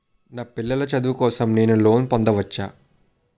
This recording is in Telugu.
నా పిల్లల చదువు కోసం నేను లోన్ పొందవచ్చా?